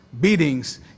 beatings